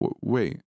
Wait